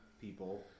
people